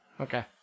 Okay